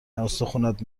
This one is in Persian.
استخونات